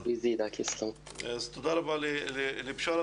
אז תודה רבה לבשארה,